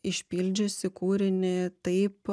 išpildžiusi kūrinį taip